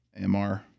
MR